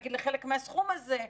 נגיד לחלק מהסכום הזה,